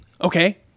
Okay